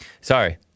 Sorry